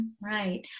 Right